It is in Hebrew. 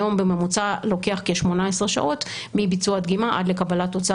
היום בממוצע לוקח כ-18 שעות מביצוע הדגימה על לקבלת תוצאה